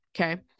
okay